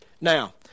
Now